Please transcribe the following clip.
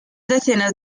decenas